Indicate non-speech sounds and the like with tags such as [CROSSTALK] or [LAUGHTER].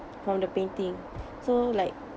from the painting [BREATH] so like